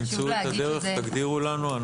תמצאו את הדרך, תגדירו לנו.